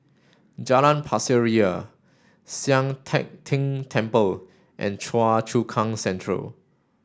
Jalan Pasir Ria Sian Teck Tng Temple and Choa Chu Kang Central